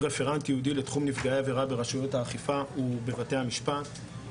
רפרנט ייעודי לתחום נפגעי עבירה ברשויות האכיפה ובבתי המשפט.